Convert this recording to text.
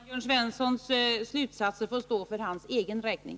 Herr talman! Jörn Svenssons slutsatser får stå för hans egen räkning.